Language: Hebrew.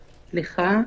והרווחה.